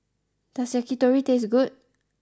does Yakitori taste good